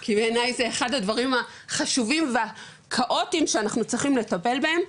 כי בעיניי זה אחד הדברים החשובים והכאוטיים שאנחנו צריכים לטפל בהם.